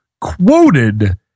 quoted